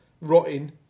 rotting